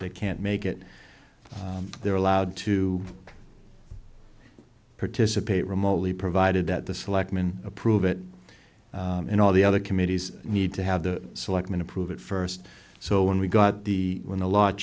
they can't make it they're allowed to participate remotely provided that the selectmen approve it and all the other committees need to have the selectmen approve it first so when we got the when the l